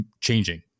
changing